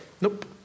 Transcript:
nope